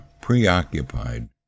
preoccupied